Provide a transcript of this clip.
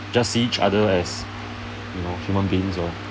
just see each other as you know human beings lor